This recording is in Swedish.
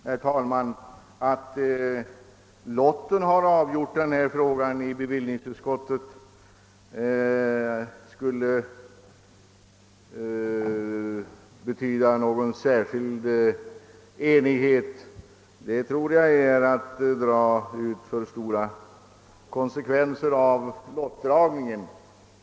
Herr talman! Att det förhållandet att lotten har avgjort denna fråga i bevillningsutskottet skulle betyda någon särskild enighet är att dra ut konsekvenserna av lottdragningen för långt.